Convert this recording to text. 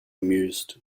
mused